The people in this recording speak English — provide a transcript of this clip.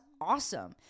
awesome